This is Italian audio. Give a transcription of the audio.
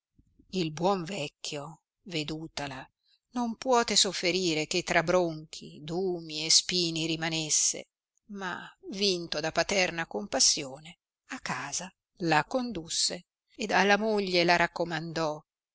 il buon vecchio vedutala non puote sofferire che tra bronchi dumi e spini rimanesse ma vinto da paterna compassione a casa la condusse ed alla moglie la raccomandò